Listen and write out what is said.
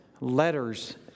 letters